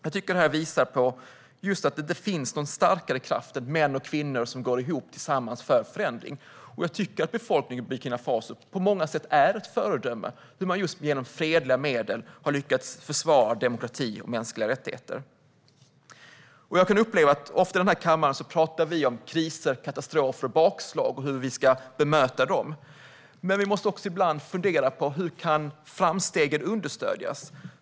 Jag tycker att det visar på att det inte finns någon starkare kraft än män och kvinnor som går ihop tillsammans för förändring, och jag tycker att befolkningen i Burkina Faso på många sätt är ett föredöme. Med fredliga medel har man lyckats försvara demokrati och mänskliga rättigheter. Jag kan uppleva att vi ofta i den här kammaren pratar om kriser, katastrofer och bakslag och om hur vi ska bemöta dem. Men vi måste också ibland fundera på: Hur kan framstegen understödjas?